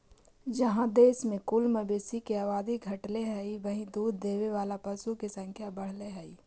जहाँ देश में कुल मवेशी के आबादी घटले हइ, वहीं दूध देवे वाला पशु के संख्या बढ़ले हइ